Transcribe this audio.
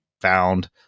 found